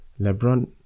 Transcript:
LeBron